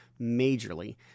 majorly